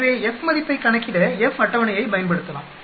எனவே F மதிப்பைக் கணக்கிட F அட்டவணையைப் பயன்படுத்தலாம்